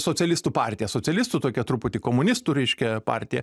socialistų partija socialistų tokia truputį komunistų reiškia partija